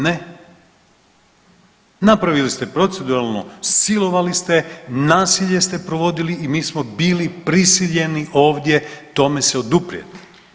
Ne, napravili ste proceduralno, silovali ste, nasilje ste provodili i mi smo bili prisiljeni ovdje tome se oduprijeti.